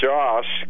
Josh